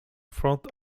front